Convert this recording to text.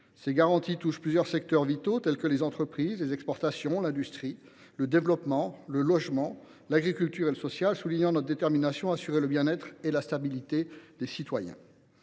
Ces garanties touchent plusieurs secteurs vitaux tels que les entreprises, les exportations, l’industrie, le développement, le logement, l’agriculture et le social ; elles soulignent notre détermination à assurer le bien être et la stabilité des citoyens.